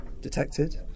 detected